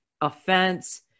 offense